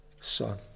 son